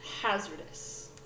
hazardous